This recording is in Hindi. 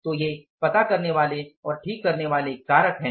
तो ये पता करने वाले और ठीक करने वाले कारक हैं